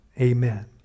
Amen